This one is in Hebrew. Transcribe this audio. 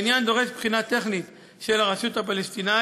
העניין דורש בחינה טכנית של הרשות הפלסטינית,